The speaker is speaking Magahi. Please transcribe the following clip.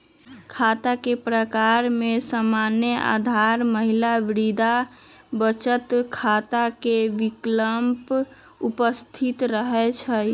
खता के प्रकार में सामान्य, आधार, महिला, वृद्धा बचत खता के विकल्प उपस्थित रहै छइ